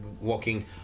walking